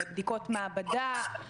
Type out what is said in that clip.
בדיקות מעבדה,